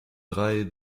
drei